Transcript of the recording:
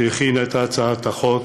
שהכין את הצעת החוק,